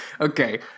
Okay